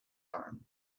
arm